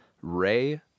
Ray